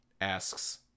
asks